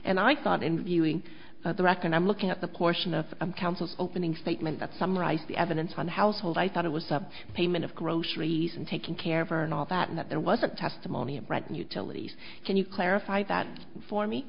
and i thought in viewing the record i'm looking at the portion of council opening statement that summarize the evidence one household i thought it was the payment of groceries and taking care of her and all that that there wasn't testimony right and utilities can you clarify that for me